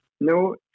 No